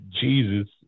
Jesus